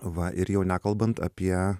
va ir jau nekalbant apie